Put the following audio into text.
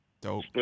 dope